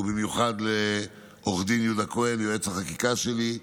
ובמיוחד לעו"ד יהודה כהן, יועץ החקיקה שלי.